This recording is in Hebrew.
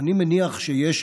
אני מניח שיש,